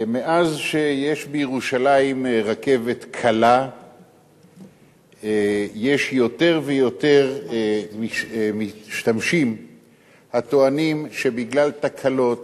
מאז שיש בירושלים רכבת קלה יש יותר ויותר משתמשים הטוענים שבגלל תקלות